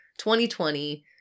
2020